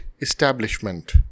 establishment